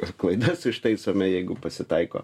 ir klaidas ištaisome jeigu pasitaiko